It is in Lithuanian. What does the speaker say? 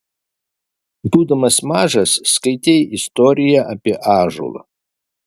būdamas mažas skaitei istoriją apie ąžuolą